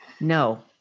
No